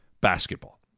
basketball